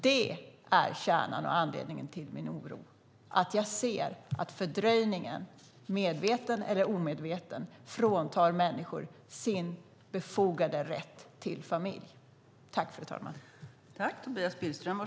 Det är kärnan i och anledningen till min oro: Jag ser att fördröjningen, medveten eller omedveten, fråntar människor deras befogade rätt till familjen.